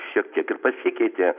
šiek tiek ir pasikeitė